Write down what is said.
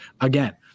Again